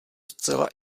zcela